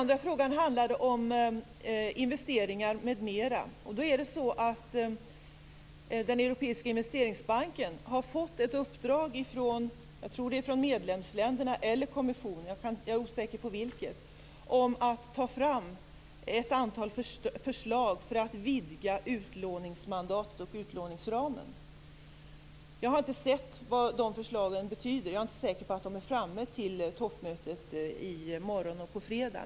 Den europeiska investeringsbanken har fått ett uppdrag från medlemsländerna eller kommissionen - jag är osäker på vilket - att ta fram ett antal förslag för att vidga utlåningsmandatet och utlåningsramen. Jag har inte sett vad de förslagen betyder. Jag är inte säker på att de finns framme till toppmötet i morgon och på fredag.